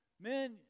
Men